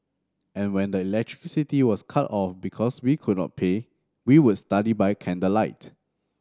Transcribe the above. and when the electricity was cut off because we could not pay we would study by candlelight